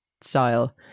style